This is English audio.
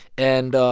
and.